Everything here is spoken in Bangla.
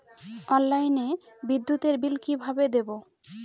অনলাইনে বিদ্যুতের বিল কিভাবে দেব?